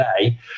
today